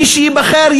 מי שייבחר,